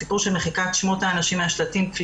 הסיפור של מחיקת שמות הנשים מהשלטים כפי